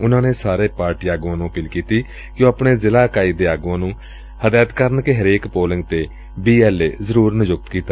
ਉਨਾਂ ਨੇ ਸਾਰੇ ਪਾਰਟੀਆਂ ਦੇ ਆਗੁਆਂ ਨੂੰ ਅਪੀਲ ਕੀਤੀ ਕਿ ਉਹ ਆਪਣੇ ਜ਼ਿਲ੍ਹਾ ਇਕਾਈ ਦੇ ਆਗੁਆਂ ਨੂੰ ਨਿਰਦੇਸ਼ ਦੇਣ ਕਿ ਹਰੇਕ ਪੋਲਿੰਗ ਤੇ ਬੀਐਲ ਏ ਜਰੁਰ ਨਿਯੁਕਤ ਕਰਨ